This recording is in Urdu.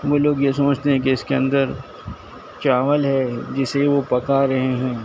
وہ لوگ یہ سمجھتے ہیں کہ اس کے اندر چاول ہے جسے وہ پکا رہے ہیں